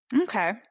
Okay